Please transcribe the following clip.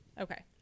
Okay